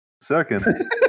second